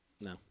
No